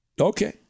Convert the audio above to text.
Okay